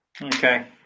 Okay